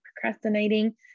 procrastinating